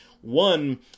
One